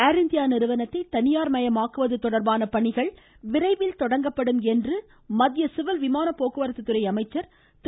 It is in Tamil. ஏர் இந்தியா நிறுவனத்தை தனியார் மயமாக்குவது தொடர்பான பணிகள் விரைவில் தொடங்கப்படும் என்று மத்திய சிவில் விமான போக்குவரத்து துறை அமைச்சர் திரு